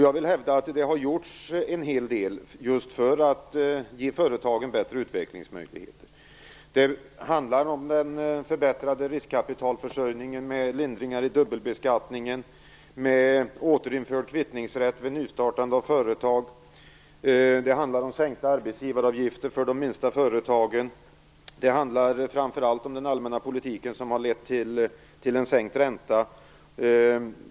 Jag vill hävda att det har gjorts en hel del just för att ge företagen bättre utvecklingsmöjligheter. Det handlar om den förbättrade riskkapitalförsörjningen med lindringar i dubbelbeskattningen, återinförd kvittningsrätt vid nystartande av företag och sänkta arbetsgivaravgifter för de minsta företagen. Det handlar framför allt om den allmänna politiken, som har lett till en sänkt ränta.